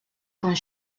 con